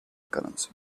currency